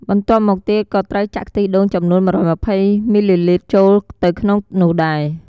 បន្ទាប់មកទៀតក៏ត្រូវចាក់ខ្ទិះដូងចំនួន ១២០ មីលីលីត្រចូលទៅក្នុងនោះដែរ។